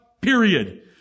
Period